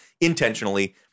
intentionally